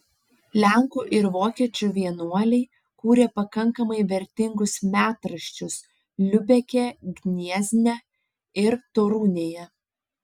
lenkų ir vokiečių vienuoliai kūrė pakankamai vertingus metraščius liubeke gniezne ir torunėje